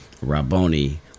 Rabboni